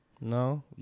No